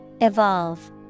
Evolve